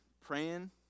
praying